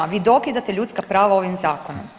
Vi dokidate ljudska prava ovim zakonom.